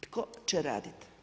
Tko će radit?